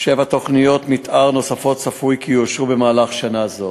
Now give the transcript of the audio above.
שבע תוכניות מתאר נוספות צפוי כי יאושרו במהלך שנה זו,